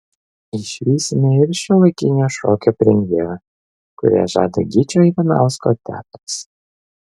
išvysime ir šiuolaikinio šokio premjerą kurią žada gyčio ivanausko teatras